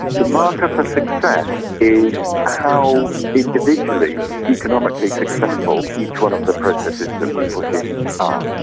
the marker for success is how individually economically successful each one of the processes that we put in are.